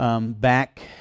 Back